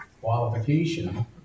qualification